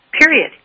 Period